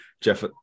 Jeff